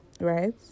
right